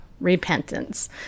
repentance